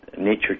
Nature